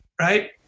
right